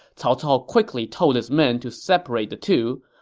cao cao quickly told his men to separate the two,